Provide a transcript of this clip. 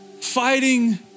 fighting